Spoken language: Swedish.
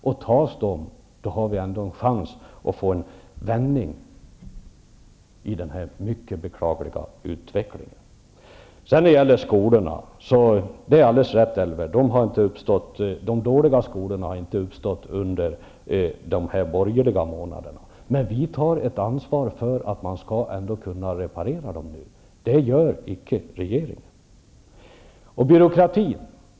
Antas de har vi ändå en chans att få en vändning i denna mycket beklagliga utveckling. Elver Jonsson har alldeles rätt i att problemen i skolorna inte uppstått under de månader som de borgerliga regerat. Men vi socialdemokrater tar ett ansvar för att reparera skolorna, och det gör inte regeringen.